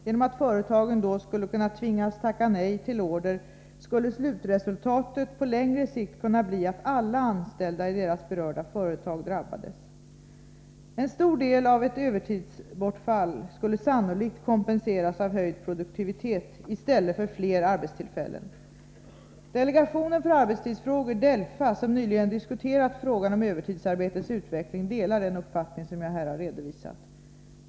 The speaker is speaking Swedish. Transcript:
Genom att företagen då skulle kunna tvingas tacka nej till order skulle slutresultatet på längre sikt kunna bli att alla anställda i de berörda företagen drabbades. En stor del av ett övertidsbortfall skulle sannolikt kompenseras av höjd produktivitet i stället för fler arbetstillfällen. Delegationen för arbetstidsfrågor , som nyligen diskuterat frågan om övertidsarbetets utveckling, delar den uppfattning som jag här har redovisat.